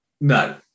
No